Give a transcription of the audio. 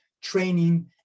training